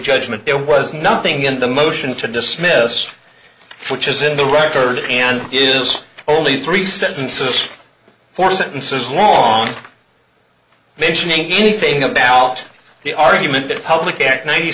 judgment there was nothing in the motion to dismiss which is in the record and is only three sentences four sentences long mentioning anything about the argument that public at ninety